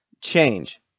change